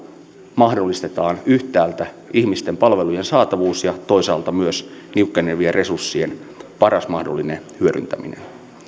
mahdollistetaan yhtäältä ihmisten palvelujen saatavuus ja toisaalta myös niukkenevien resurssien paras mahdollinen hyödyntäminen